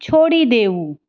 છોડી દેવું